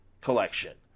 Collection